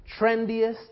trendiest